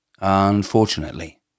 Unfortunately